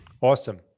Awesome